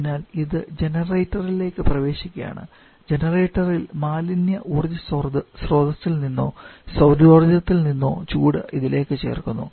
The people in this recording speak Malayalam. അതിനാൽ ഇത് ജനറേറ്ററിലേക്ക് പ്രവേശിക്കുകയാണ് ജനറേറ്ററിൽ മാലിന്യ ഊർജ്ജ സ്രോതസ്സിൽനിന്നോ സൌരോർജ്ജത്തിൽ നിന്നോ ചൂട് ഇതിലേക്ക് ചേർക്കുന്നു